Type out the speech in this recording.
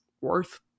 worth